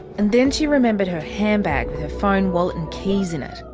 and then she remembered her handbag with her phone, wallet and keys in it.